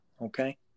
Okay